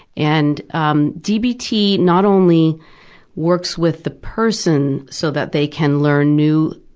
and um dbt not only works with the person so that they can learn new